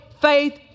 Faith